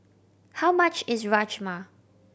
how much is Rajma